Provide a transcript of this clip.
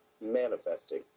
manifesting